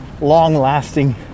long-lasting